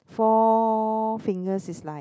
Four Fingers is like